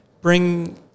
bring